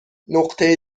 نقطه